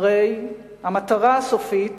הרי המטרה הסופית,